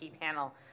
panel